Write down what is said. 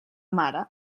mare